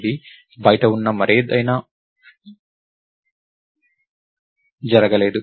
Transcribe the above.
ఇది బయట ఉన్న మరేదైనా జరగలేదు